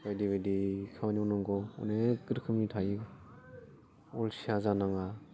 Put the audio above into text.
बायदि बायदि खामानि मावनांगौ अनेक रोखोमनि थायो अलसिया जानाङा